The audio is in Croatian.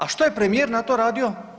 A što je premijer na to radio?